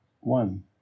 one